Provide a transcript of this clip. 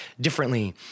differently